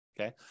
okay